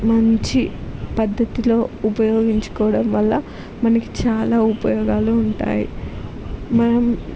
మంచి పద్ధతులో ఉపయోగించుకోవడం వల్ల మనకి చాలా ఉపయోగాలు ఉంటాయి మనం